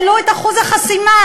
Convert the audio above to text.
העלו את אחוז החסימה,